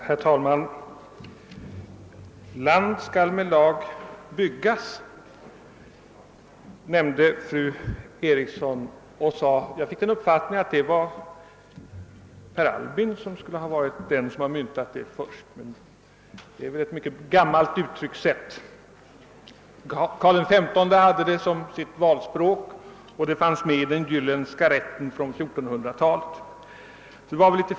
Herr talman! »Land skall med lag byggas« — jag fick av fru Erikssons anförande den uppfattningen att det var Per Albin Hansson som hade myntat det uttrycket, men det är mycket gammalt. Karl XV hade det som sitt valspråk, och det fanns med i den jylländska rätten från 1400-talet.